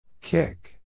Kick